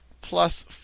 plus